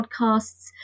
podcasts